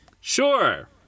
Sure